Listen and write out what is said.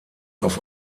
auf